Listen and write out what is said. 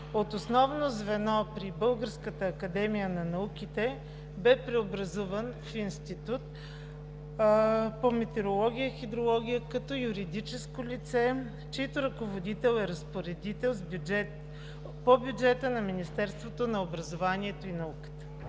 от основно звено при Българската академия на науките бе преобразуван в Институт по метеорология и хидрология като юридическо лице, чийто ръководител е разпоредител с бюджет по бюджета на Министерството на образованието и науката.